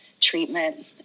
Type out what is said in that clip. treatment